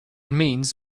means